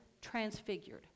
transfigured